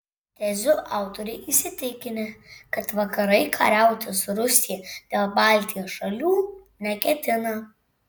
tezių autoriai įsitikinę kad vakarai kariauti su rusija dėl baltijos šalių neketina